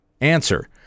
answer